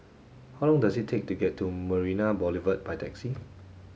how long does it take to get to Marina Boulevard by taxi